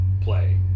play